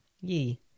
Ye